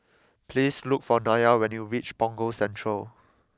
please look for Nya when you reach Punggol Central